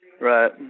Right